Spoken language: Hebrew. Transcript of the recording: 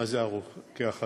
מיהו הרוקח הקליני?